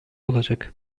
olacak